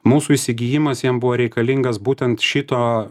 mūsų įsigijimas jam buvo reikalingas būtent šito